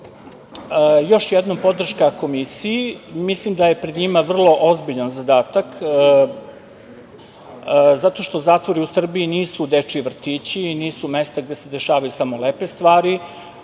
još jednom, podrška komisiji. Mislim da je pred njima vrlo ozbiljan zadatak, zato što zatvori u Srbiji nisu dečiji vrtići i nisu mesta gde se dešavaju samo lepe stvari.U